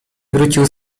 wrócił